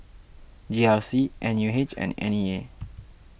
G R C N U H and N E A